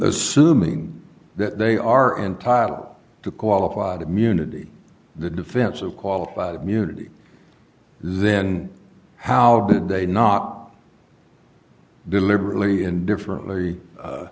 assuming that they are entitled to qualified immunity the defense of quality munity then how did they not deliberately and differently